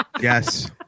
yes